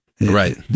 Right